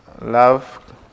love